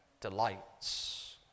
delights